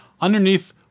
underneath